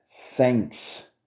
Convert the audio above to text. thanks